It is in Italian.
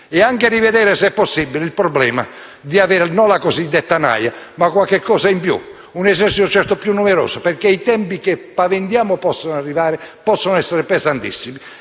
rivedere, se possibile, il problema di avere non la cosiddetta naja, ma qualcosa in più: un esercito, certo, più numeroso, perché i tempi che paventiamo possano arrivare potrebbero essere pesantissimi.